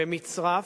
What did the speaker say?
במצרף,